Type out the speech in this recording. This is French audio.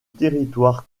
territoire